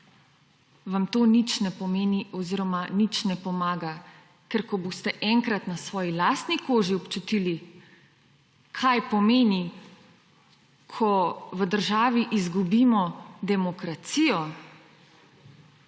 vam to nič ne pomeni oziroma nič ne pomaga. Ker ko boste enkrat na svoji lastni koži občutili, kaj pomeni, ko v državi izgubimo demokracijo,